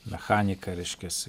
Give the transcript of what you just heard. mechanika reiškiasi